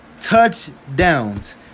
touchdowns